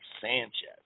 Sanchez